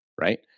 right